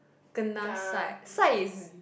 kanasai sai is